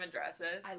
Dresses